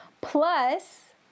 Plus